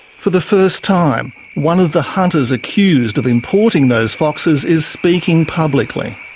for the first time, one of the hunters accused of importing those foxes is speaking publicly.